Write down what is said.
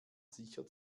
sicher